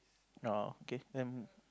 err K then